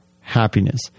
happiness